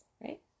right